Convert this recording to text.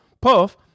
puff